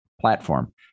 platform